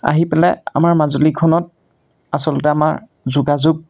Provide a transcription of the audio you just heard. আহি পেলাই আমাৰ মাজুলীখনত আচলতে আমাৰ যোগাযোগ